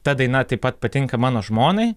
ta daina taip pat patinka mano žmonai